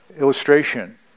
illustration